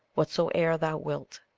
whatsoe'er thou wilt.